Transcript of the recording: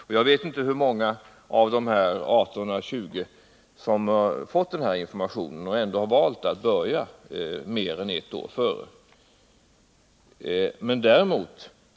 Jag vet inte hur många av de 18 eller 20 som fått denna information och ändå valt att börja mer än ett år före flyttningen.